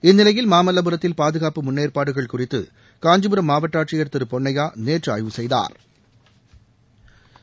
இந்நிலையில் மாமல்லபுரத்தில் பாதுகாப்பு முன்னேற்பாடுகள் குறித்து காஞ்சிபுரம் மாவட்ட ஆட்சியர் திரு பொன்னையா நேற்று ஆய்வு செய்தாா்